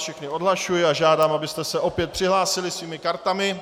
Všechny vás odhlašuji a žádám, abyste se opět přihlásili svými kartami.